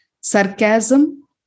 Sarcasm